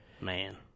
Man